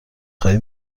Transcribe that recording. خواهی